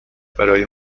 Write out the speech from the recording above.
برای